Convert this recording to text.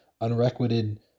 unrequited